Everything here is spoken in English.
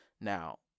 Now